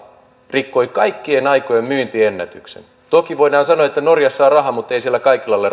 rikkoi kaikkien aikojen myyntiennätyksen toki voidaan sanoa että norjassa on rahaa mutta ei siellä kaikilla ole